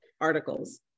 articles